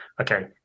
okay